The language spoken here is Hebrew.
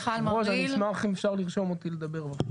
אני אשמח אם אפשר לרשום אותי לדבר.